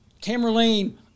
Tamerlane